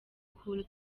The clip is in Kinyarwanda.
cool